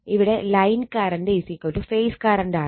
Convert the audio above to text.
ഇവിടെ line current phase current ആണ്